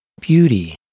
beauty